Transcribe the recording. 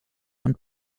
und